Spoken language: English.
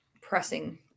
pressing